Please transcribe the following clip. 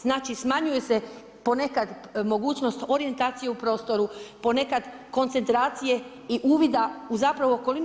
Znači smanjuje se ponekad mogućnost orijentacije u prostoru, ponekad koncentracije i uvida u zapravo okolinu.